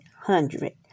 hundred